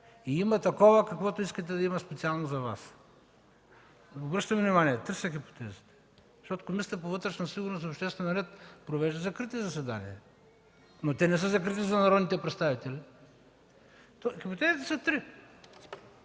и такова, каквото искате да има специално за Вас. Обръщам внимание – три са хипотезите. Комисията по вътрешна сигурност и обществен ред провежда закрити заседания, но те не са закрити за народните представители! Хипотезите са три!